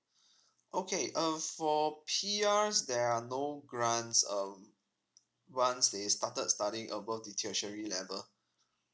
okay uh for P_Rs there are no grants um once they started studying above the tertiary level